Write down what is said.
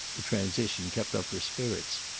the transition kept up her spirits.